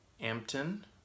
Ampton